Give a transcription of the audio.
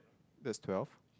that's twelve